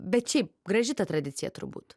bet šiaip graži ta tradicija turbūt